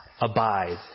abide